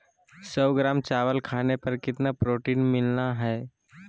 सौ ग्राम चावल खाने पर कितना प्रोटीन मिलना हैय?